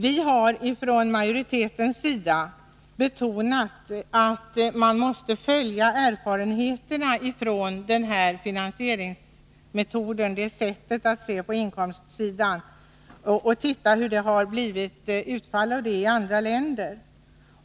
Vi har från majoritetens sida betonat att man måste följa erfarenheterna av denna finansieringsmetod och studera utfallet i andra länder.